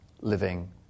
living